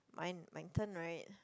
mine my turn right